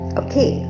okay